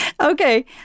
Okay